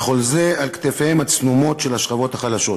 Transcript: וכל זה על כתפיהן הצנומות של השכבות החלשות.